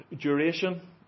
Duration